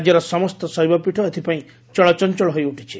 ରାକ୍ୟର ସମସ୍ତ ଶୈବପୀଠ ଏଥିପାଇଁ ଚଳଚଞ୍ଚଳ ହୋଇଉଠିଛି